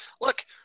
look